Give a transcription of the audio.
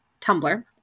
Tumblr